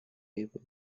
label